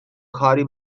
کاری